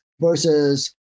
versus